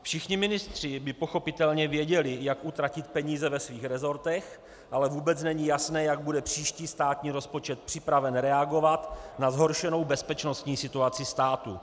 Všichni ministři by pochopitelně věděli, jak utratit peníze ve svých rezortech, ale vůbec není jasné, jak bude příští státní rozpočet připraven reagovat na zhoršenou bezpečnostní situaci státu.